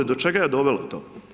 Do čega je dovelo to?